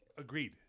Agreed